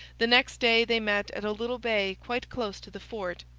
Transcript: the next day they met at a little bay quite close to the fort.